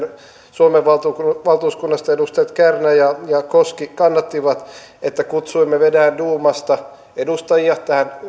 meidän suomen valtuuskunnasta edustajat kärnä ja koski kannattivat että kutsuimme venäjän duumasta edustajia tähän kestävä